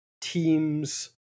teams